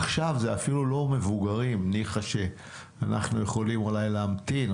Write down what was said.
עכשיו זה אפילו לא מבוגרים- ניחא שאנחנו יכולים אולי להמתין,